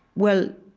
well,